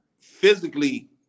physically